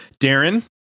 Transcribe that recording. Darren